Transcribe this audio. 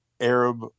Arab